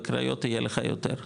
בקריות יהיה לך יותר,